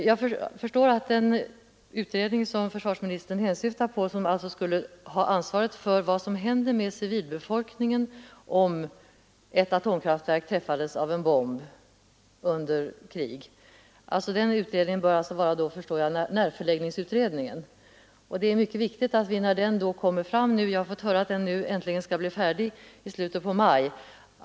Jag förstår att den utredning försvarsministern syftade på, den utredning som skulle ha ansvaret för vad som händer med civilbefolkningen om ett atomkraftverk träffas av en bomb under krig, var närförläggningsutredningen. Jag har fått höra att den äntligen skall bli färdig nu i slutet av maj.